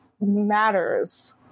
matters